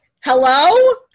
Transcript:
hello